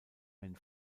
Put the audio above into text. ein